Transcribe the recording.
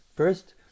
First